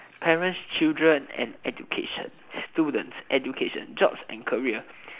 parents children and education students education jobs and career